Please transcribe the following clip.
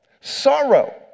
Sorrow